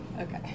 Okay